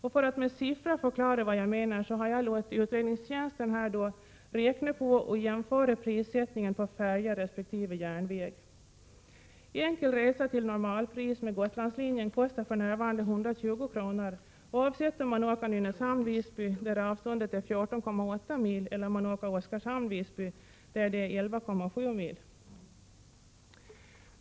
För att med siffror förklara vad jag menar har jag låtit utredningstjänsten räkna på och jämföra prissättningen på färja resp. järnväg. Enkel resa till normalpris med Gotlandslinjen kostar för närvarande 120 kr., oavsett om man åker Nynäshamn — Visby, där avståndet är 14,8 mil, eller Oskarshamn — Visby, där det är 11,7 mil.